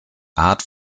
art